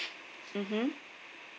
mmhmm